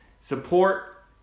support